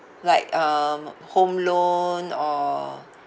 like um home loan or